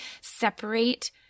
separate